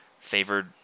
favored